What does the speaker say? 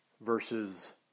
versus